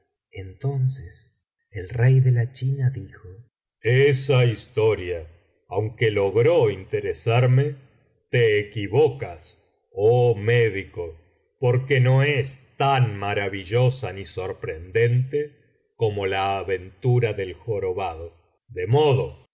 entonces el rey de la china dijo esa historia aunque logró interesarme te equivocas oh médico porque no es tan maravillosa ni sorprendente como la aventura del jorobado de modtf